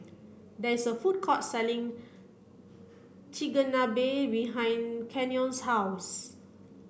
there is a food court selling Chigenabe behind Kenyon's house